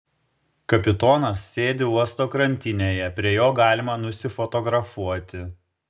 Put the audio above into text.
kapitonas sėdi uosto krantinėje prie jo galima nusifotografuoti